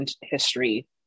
history